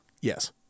Yes